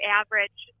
average